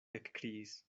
ekkriis